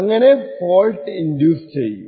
അങ്ങനെ fault induce ചെയ്യും